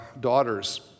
daughters